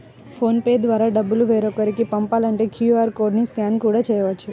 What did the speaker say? phone pay ద్వారా డబ్బులు వేరొకరికి పంపాలంటే క్యూ.ఆర్ కోడ్ ని స్కాన్ కూడా చేయవచ్చు